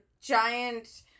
giant